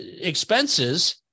expenses